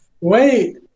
Wait